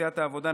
לסיעת העבודה,